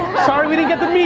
sorry we didn't get to meet,